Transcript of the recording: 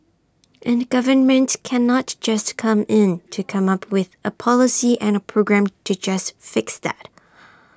and governments cannot just come in to come up with A policy and A program to just fix that